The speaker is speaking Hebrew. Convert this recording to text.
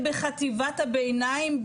החוק מגדיר לפחות רשימה מסוימת,